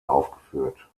aufgeführt